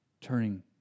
turning